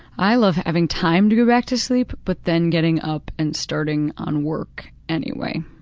i love having time to go back to sleep but then getting up and starting on work anyway.